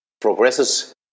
progresses